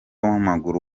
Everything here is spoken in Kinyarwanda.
w’amaguru